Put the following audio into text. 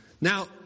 Now